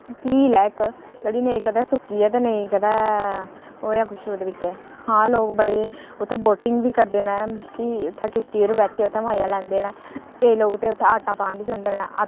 झील ऐ इक जेह्ड़ी नेईं कदै सुक्की ऐ ते नेईं कदै होएआ कुछ ओह्दे बिच्च हां लोक बड़े उत्थै बोटिंग बी करदे न मकलब कि उत्थै किश्ती पर बैठियै उत्थै मजा लैंदे न केईं लोग ते उत्थै आटा पान बी जंदे न आटा